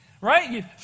right